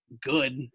good